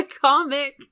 comic